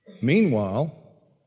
meanwhile